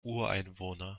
ureinwohner